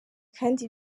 kandi